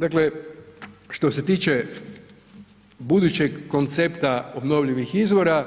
Dakle, što se tiče budućeg koncepta obnovljivih izvora,